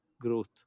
growth